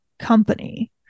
company